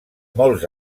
molts